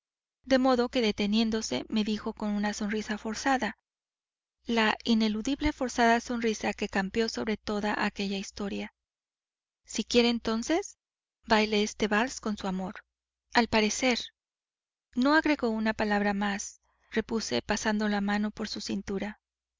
de modo que deteniéndose me dijo con una sonrisa forzada la ineludible forzada sonrisa que campeó sobre toda aquella historia si quiere entonces baile este vals con su amor al parecer no agrego una palabra más repuse pasando la mano por su cintura